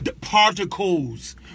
particles